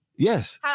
Yes